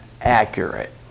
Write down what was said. accurate